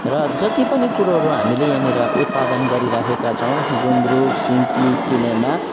र जति पनि कुरोहरू हामीले यहाँनिर उत्पादन गरिरहेका छौँ गुन्द्रुक सिन्की किनेमा